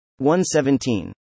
117